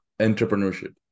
entrepreneurship